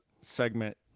segment